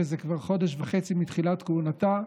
וזה כבר חודש וחצי מתחילת כהונתה,